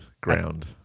ground